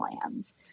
plans